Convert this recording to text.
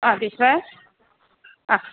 ആ ടീച്ചറേ ആ